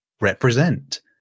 represent